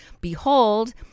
...behold